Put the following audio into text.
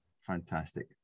Fantastic